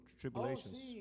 tribulations